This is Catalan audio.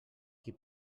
qui